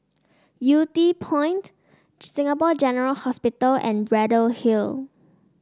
Yew Tee Point Singapore General Hospital and Braddell Hill